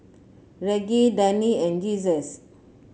Reggie Dani and Jesus